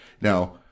Now